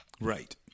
Right